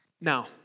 Now